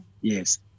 yes